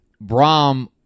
Brahm